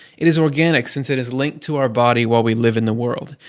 it is organic, since it is linked to our body while we live in the world.